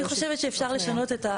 אני חושבת שאפשר לשנות את,